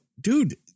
dude